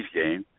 game